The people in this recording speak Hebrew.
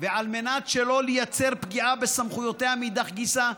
ועל מנת שלא לייצר פגיעה בסמכויותיה מאידך גיסא,